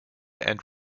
and